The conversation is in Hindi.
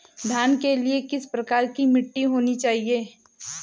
धान के लिए किस प्रकार की मिट्टी होनी चाहिए?